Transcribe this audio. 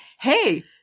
hey